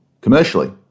commercially